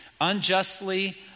unjustly